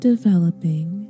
developing